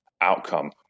outcome